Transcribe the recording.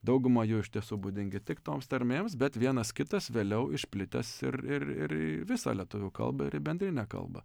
dauguma jų iš tiesų būdingi tik toms tarmėms bet vienas kitas vėliau išplitęs ir ir ir į visą lietuvių kalbą ir į bendrinę kalbą